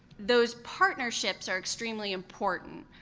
those partnerships are extremely important.